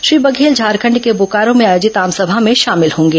श्री बघेल झारखंड के बोकारो में आयोजित आमसभा में शामिल होंगे